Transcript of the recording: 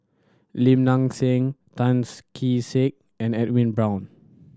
Lim Nang Seng Tan's Kee Sek and Edwin Brown